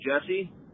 Jesse